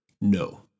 No